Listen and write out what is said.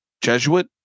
Jesuit